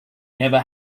never